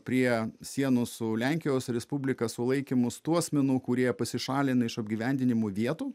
prie sienos su lenkijos respublika sulaikymus tų asmenų kurie pasišalina iš apgyvendinimo vietų